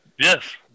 Yes